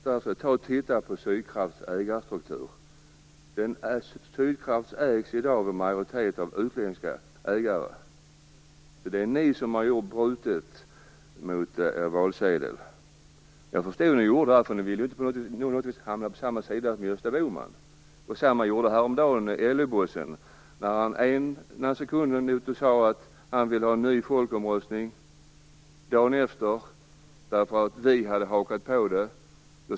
Statsrådet, tag och titta på Sydkrafts ägarstruktur! Sydkraft har i dag en majoritet av utländska ägare. Så det är ni som har brutit mot vad som står på valsedeln. Jag förstår att ni gjorde det, för ni ville ju inte på något vis hamna på samma sida som Gösta Bohman. Samma sak gjorde häromdagen en LO-gosse. Ena dagen gick han ut och sade att han ville ha en ny folkomröstning. Dagen efter sade han nej till det, därför att vi hade hakat på det.